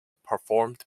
performed